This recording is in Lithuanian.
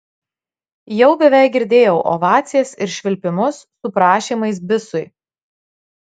jau beveik girdėjau ovacijas ir švilpimus su prašymais bisui